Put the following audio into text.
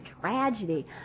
tragedy